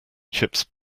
chips